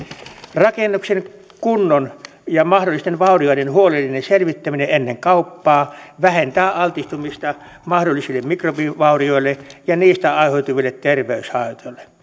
rakennuksen kunnon ja mahdollisten vaurioiden huolellinen selvittäminen ennen kauppaa vähentää altistumista mahdollisille mikrobivaurioille ja niistä aiheutuville terveyshaitoille